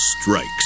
Strikes